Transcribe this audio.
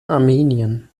armenien